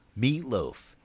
Meatloaf